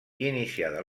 iniciada